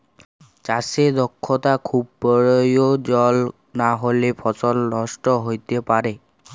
চাষে দক্ষতা খুব পরয়োজল লাহলে ফসল লষ্ট হ্যইতে পারে